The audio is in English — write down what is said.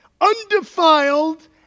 undefiled